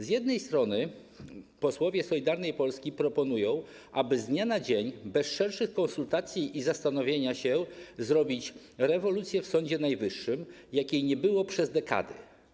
Z jednej strony posłowie Solidarnej Polski proponują, aby z dnia na dzień, bez szerszych konsultacji i zastanowienia się, zrobić rewolucję w Sądzie Najwyższym, jakiej nie było przez dekady.